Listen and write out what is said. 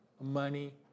money